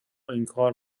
انکار